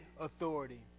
authority